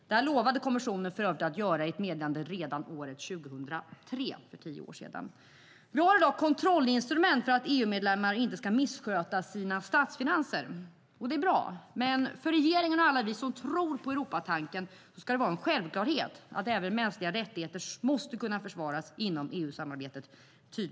Detta lovade för övrigt kommissionen att göra i ett meddelande redan 2003 - för tio år sedan. Vi har i dag kontrollinstrument för att EU-medlemmar inte ska missköta sina statsfinanser. Det är bra. Men för regeringen och alla oss som tror på Europatanken är det en självklarhet att även mänskliga rättigheterna tydligare måste kunna försvaras inom EU-samarbetet.